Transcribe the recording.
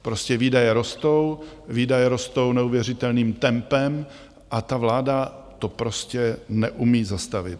Prostě výdaje rostou, výdaje rostou neuvěřitelným tempem a vláda to prostě neumí zastavit.